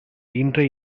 ஈன்ற